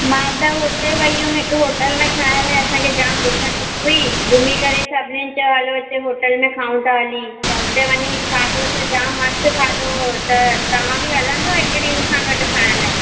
मां त हुते वई हुयमि हिकु होटल में खाइण लाइ असांखे जाम बुख लॻी हुई घुमी करे सभिनीनि चयो हलो हिते होटल में खाऊं था हली त हुते वञी खाधो त जाम मस्तु खाधो हुयो त तव्हां बि हलंदो हिकु ॾींहुं मूंसां गॾु खाइण लाइ